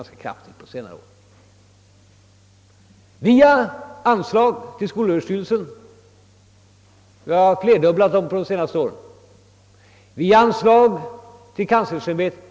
Skolöverstyrelsen har fått sina anslag för ändamålet flerdubblade, och anslag har även utgått till kanslersämbetet.